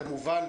כמובן.